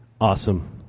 Awesome